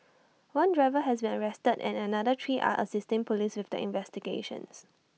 one driver has been arrested and another three are assisting Police with the investigations